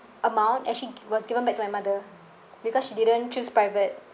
amount actually was given back to my mother because she didn't choose private